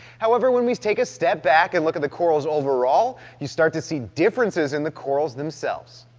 however, when we take a step back and look at the corals overall, you start to see differences in the corals themselves.